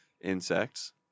insects